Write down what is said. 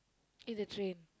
in the train